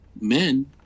men